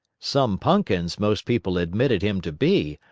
some punkins most people admitted him to be,